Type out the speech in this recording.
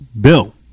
bill